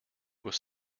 was